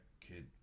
kid